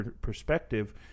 perspective